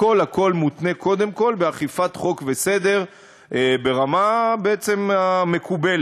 הכול הכול מותנה קודם כול באכיפת חוק וסדר ברמה בעצם מקובלת.